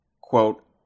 quote